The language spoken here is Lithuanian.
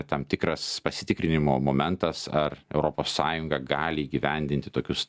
tam tikras pasitikrinimo momentas ar europos sąjunga gali įgyvendinti tokius